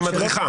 כמדריכה.